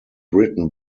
written